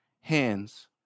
hands